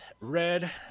Red